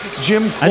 Jim